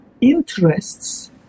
interests